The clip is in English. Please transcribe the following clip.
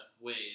ways